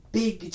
big